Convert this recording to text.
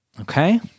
Okay